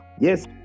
yes